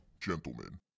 gentlemen